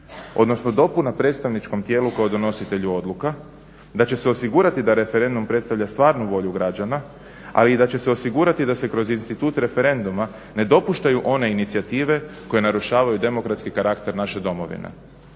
odnosno dopuna predstavničkom tijelu kao donositelju odluka, da će se osigurati da referendum predstavlja stvarnu volju građana, ali i da će se osigurati da se kroz institut referenduma ne dopuštaju one inicijative koje narušavaju demokratski karakter naše domovine.